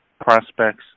prospects